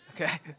Okay